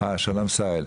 שלום סהל.